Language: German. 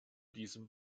diesem